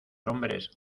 hombres